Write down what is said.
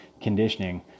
conditioning